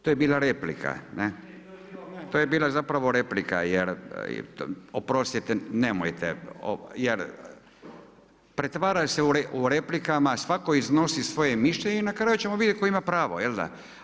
To je bila replika, ne? … [[Upadica se ne čuje.]] To je bila zapravo replika jer, oprostite, nemojte, pretvara se u replike, svatko iznosi svoje mišljenje i na kraju ćemo vidjeti tko ima pravo je li da?